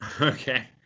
Okay